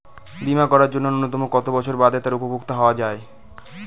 বীমা করার জন্য ন্যুনতম কত বছর বাদে তার উপভোক্তা হওয়া য়ায়?